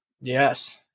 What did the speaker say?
Yes